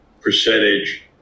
percentage